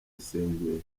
isengesho